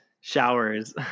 showers